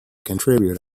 continue